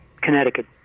Connecticut